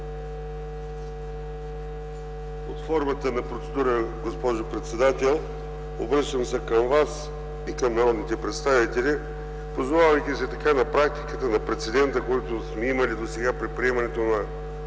Под формата на процедура, госпожо председател, обръщам се към Вас и към народните представители – позовавайки се на практиката, на прецедента, който сме имали досега, при приемането на